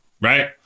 right